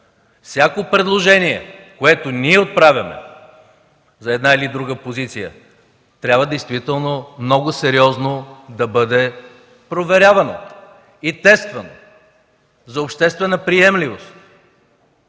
всяко предложение, което ние отправяме за една или друга позиция, трябва много сериозно да бъде проверявано и тествано за обществена приемливост.